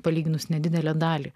palyginus nedidelę dalį